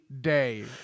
day